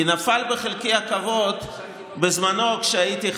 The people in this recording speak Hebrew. כי נפל בחלקי הכבוד בזמנו כשהייתי,